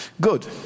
Good